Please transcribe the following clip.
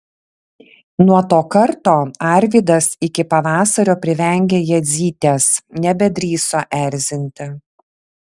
nuo to karto arvydas iki pavasario privengė jadzytės nebedrįso erzinti